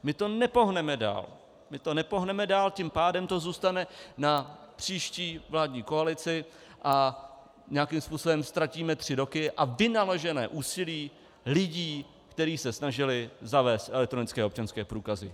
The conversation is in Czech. My to nepohneme dál, a tím pádem to zůstane na příští vládní koalici a nějakým způsobem ztratíme tři roky a vynaložené úsilí lidí, kteří se snažili zavést elektronické občanské průkazy.